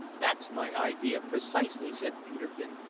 that's my idea precisely, said peterkin,